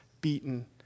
beaten